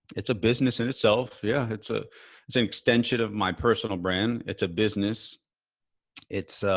it's a business in itself. yeah. it's ah it's an extension of my personal brand. it's a business it's,